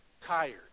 tired